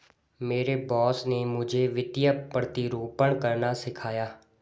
मेरे बॉस ने मुझे वित्तीय प्रतिरूपण करना सिखाया